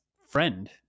friend